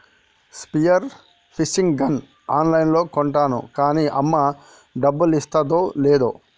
spear fishing gun on లైన్లో కొంటాను కాన్నీ అమ్మ డబ్బులిస్తాదో లేదో